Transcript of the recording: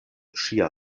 ŝia